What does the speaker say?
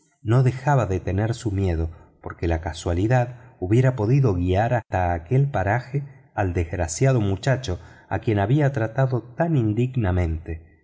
no dejaba de tener su miedo porque la casualidad hubiera podido guiar hasta aquel paraje al desgraciado muchacho a quien había tratado tan indignamente